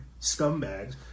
scumbags